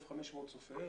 כ-1,500 צופי אש,